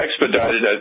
expedited